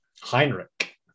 Heinrich